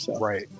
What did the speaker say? Right